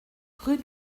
rue